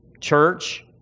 church